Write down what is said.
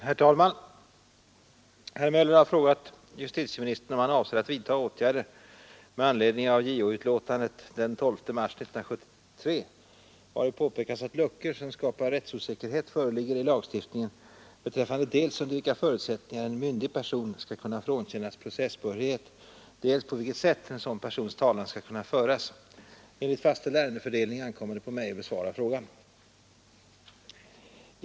Herr talman! Herr Möller har frågat justitieministern om han avser att vidta åtgärder med anledning av JO-utlåtandet den 12 mars 1973, vari påpekas att luckor som skapar rättsosäkerhet föreligger i lagstiftningen beträffande dels under vilka förutsättningar en myndig person skall kunna frånkännas processbehörighet, dels på vilket sätt en sådan persons talan skall kunna föras. Enligt fastställd ärendefördelning ankommer det på mig att besvara frågan.